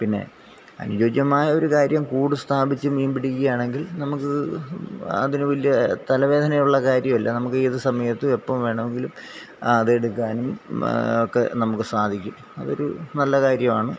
പിന്നെ അനുയോജ്യമായൊരു കാര്യം കൂട് സ്ഥാപിച്ച് മീൻ പിടിക്കുകയാണെങ്കിൽ നമുക്ക് അതിന് വലിയ തലവേദനയുള്ള കാര്യം അല്ല നമുക്ക് ഏത് സമയത്തും എപ്പോള് വേണമെങ്കിലും അതെടുക്കാനും ഒക്കെ നമുക്ക് സാധിക്കും അതൊരു നല്ല കാര്യമാണ്